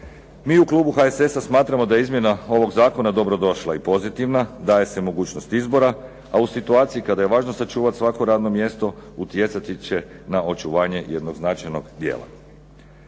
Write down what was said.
Mi u klubu HSS-a smatramo da je izmjena ovog zakona dobro došla i pozitivna, daje se mogućnost izbora, a u situaciji kada je važno sačuvati svako radno mjesto utjecati će na očuvanje jednog značajnog dijela.